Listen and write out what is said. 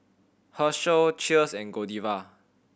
Herschel Cheers and Godiva